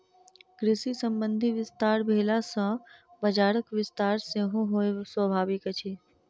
कृषि संबंधी विस्तार भेला सॅ बजारक विस्तार सेहो होयब स्वाभाविक अछि